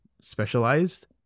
specialized